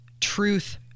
Truth